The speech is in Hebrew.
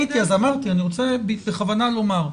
יש